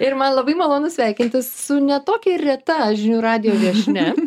ir man labai malonu sveikintis su ne tokia ir reta žinių radijo viešnia